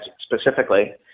specifically